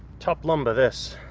top lumber this.